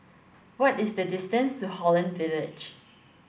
what is the distance to Holland Village